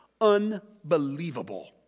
Unbelievable